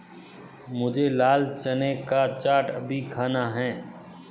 मुझे लाल चने का चाट अभी खाना है